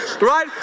right